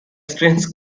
strange